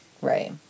Right